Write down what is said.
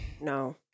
No